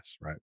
right